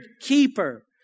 keeper